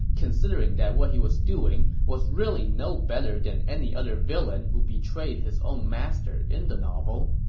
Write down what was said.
considering that what he was doing was really no better than any other villain who betrayed his own master in the novel.